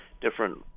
different